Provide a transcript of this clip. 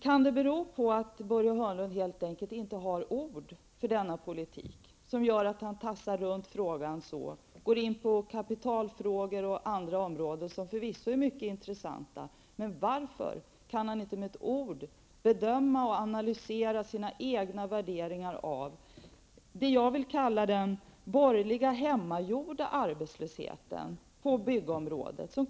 Kan det bero på att Börje Hörnlund helt enkelt inte har ord för denna politik? Är det skälet till att han tassar runt frågan, talar om kapitalströmmar och andra områden som förvisso är mycket intressanta? Varför kan inte Börje Hörnlund med ett ord bedöma och analysera sina egna värderingar av det jag vill kalla den borgerliga hemmagjorda arbetslösheten på byggområdet?